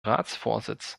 ratsvorsitz